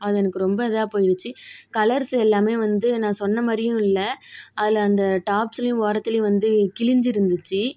அது எனக்கு ரொம்ப இதாக போயிடுச்சு கலர்ஸ் எல்லாமே வந்து நான் சொன்ன மாதிரியும் இல்லை அதில் அந்த டாப்ஸ்லையும் ஒரத்துலையும் வந்து கிழிஞ்சிருந்துச்சி